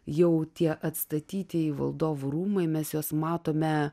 jau tie atstatyti valdovų rūmai mes juos matome